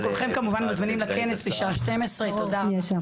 כולכם כמובן מוזמנים לכנס בשעה 12:00. סגנית השר,